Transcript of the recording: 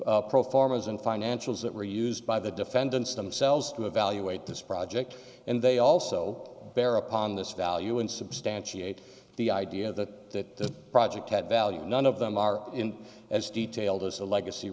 pro farmers and financials that were used by the defendants themselves to evaluate this project and they also bear upon this value and substantiate the idea that the project had value and none of them are in as detailed as a legacy